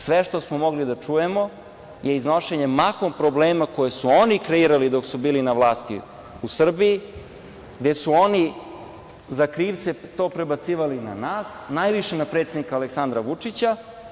Sve što smo mogli da čujemo je iznošenje mahom problema koje su oni kreirali dok su bili na vlasti u Srbiji, gde su oni krivicu prebacivali na nas, a najviše na predsednika Aleksandra Vučića.